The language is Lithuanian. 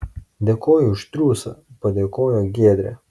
dėkoju už triūsą padėkojo giedrė